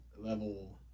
level